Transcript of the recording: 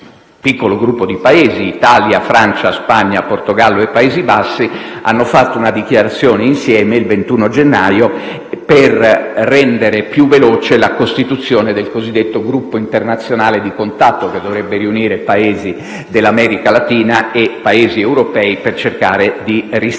piccolo gruppo di Paesi (Italia, Francia, Spagna, Portogallo e Paesi Bassi) ha fatto una dichiarazione insieme - sempre il 21 gennaio - per rendere più veloce la costituzione del cosiddetto gruppo di contatto internazionale, che dovrebbe riunire Paesi dell'America latina e Paesi europei, per cercare di ristabilire